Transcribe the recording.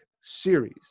series